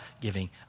giving